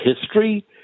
history